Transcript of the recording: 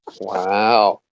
Wow